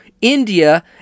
India